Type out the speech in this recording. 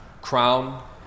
crown